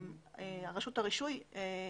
רשות הרישוי הייתה